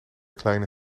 kleine